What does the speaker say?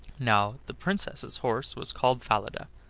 now the princess's horse was called falada,